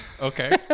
Okay